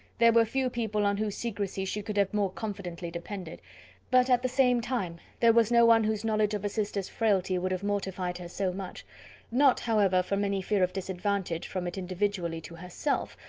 there were few people on whose secrecy she would have more confidently depended but, at the same time, there was no one whose knowledge of a sister's frailty would have mortified her so much not, however, from any fear of disadvantage from it individually to herself,